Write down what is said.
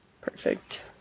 perfect